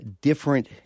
different